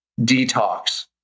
detox